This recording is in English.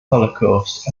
holocaust